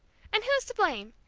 and who's to blame?